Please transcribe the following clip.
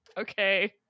okay